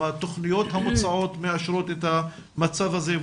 גם התוכניות המוצעות מאשרות את המצב הזה,